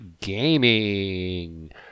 gaming